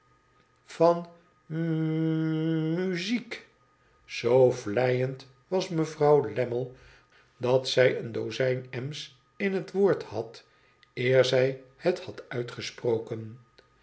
zoo vleiend was mevrouw lammie dat zij een dozijn m's in het woord had eer zij het had uitgesproken